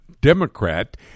Democrat